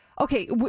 Okay